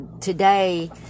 today